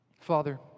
Father